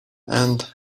and